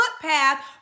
footpath